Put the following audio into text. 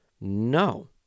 No